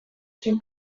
zen